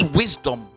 wisdom